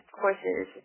courses